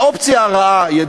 האופציה הרעה האחרת,